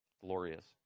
glorious